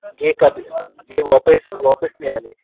ये कब ये वापस वापस नहीं आनी चाहिए